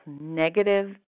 negative